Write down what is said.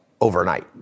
overnight